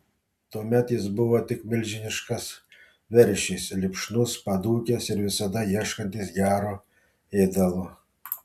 tuomet jis buvo tik milžiniškas veršis lipšnus padūkęs ir visada ieškantis gero ėdalo